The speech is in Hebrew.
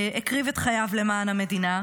הקריב את חייו למען המדינה.